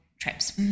trips